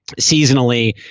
Seasonally